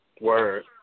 Word